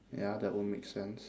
ya that would make sense